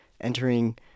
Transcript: entering